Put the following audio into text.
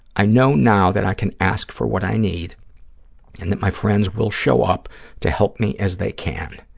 i know now that i can ask for what i need and that my friends will show up to help me as they can.